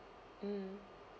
mm